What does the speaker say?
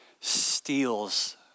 steals